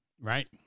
Right